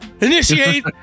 initiate